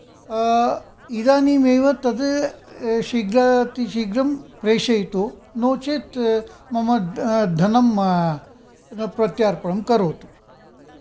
इदानिमेव तत् शीघ्रातिशीघ्रं प्रेषयतु नो चेत् मम धनं प्रत्यर्पणं करोतु